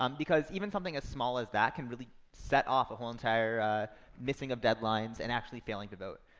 um because even something as small as that can really set off a whole entire missing of deadlines and actually failing to vote.